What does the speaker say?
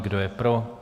Kdo je pro?